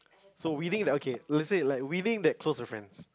so within that okay let's say like within that closer friends